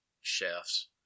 chefs